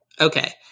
Okay